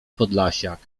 podlasiak